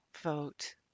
vote